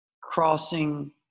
crossing